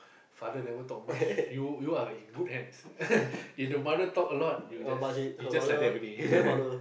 father never talk much you you are in good hands if the mother talk a lot you just you just like that only